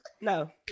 No